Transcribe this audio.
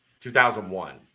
2001